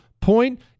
Point